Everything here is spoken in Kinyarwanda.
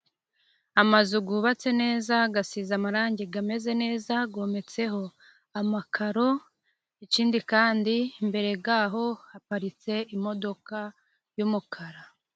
Amazu gwubatse neza, gasize amarangi, gameze neza, gwometseho amakaro, ikindi kandi imbere gaho haparitse imodoka y'umukara.